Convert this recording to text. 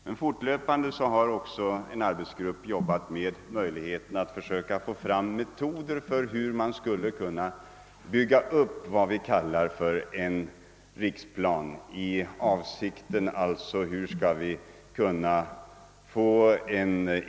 Men jämsides härmed har en annan arbetsgrupp försökt få fram metoder för en riksplanering av markresurser och markbehov.